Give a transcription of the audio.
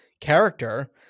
character